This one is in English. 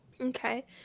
Okay